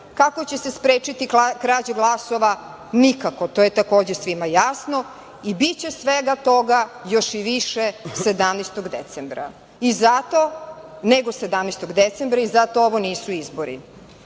Kako će se sprečiti krađa glasova? Nikako. To je takođe svima jasno i biće svega toga još i više nego 17. decembra i zato ovo nisu izbori. Da